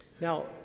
Now